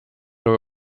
elu